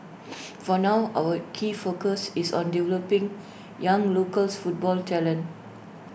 for now our key focus is on developing young local football talent